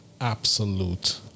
absolute